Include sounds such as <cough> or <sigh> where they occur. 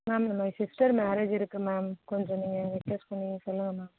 ma'am என்னோடய sister marriage இருக்குது ma'am கொஞ்சம் நீங்கள் எங்களுக்கு <unintelligible> பண்ணி சொல்லுங்கள் மேம்